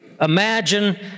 Imagine